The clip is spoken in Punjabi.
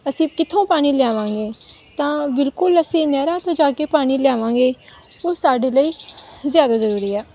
ਅਸੀਂ ਕਿੱਥੋਂ ਪਾਣੀ ਲਿਆਵਾਂਗੇ ਤਾਂ ਬਿਲਕੁਲ ਅਸੀਂ ਨਹਿਰਾਂ ਤੋਂ ਜਾ ਕੇ ਪਾਣੀ ਲਿਆਵਾਂਗੇ ਉਹ ਸਾਡੇ ਲਈ ਜ਼ਿਆਦਾ ਜ਼ਰੂਰੀ ਆ